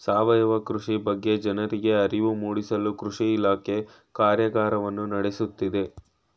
ಸಾವಯವ ಕೃಷಿ ಬಗ್ಗೆ ಜನರಿಗೆ ಅರಿವು ಮೂಡಿಸಲು ಕೃಷಿ ಇಲಾಖೆ ಕಾರ್ಯಗಾರವನ್ನು ನಡೆಸುತ್ತಿದೆ